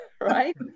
right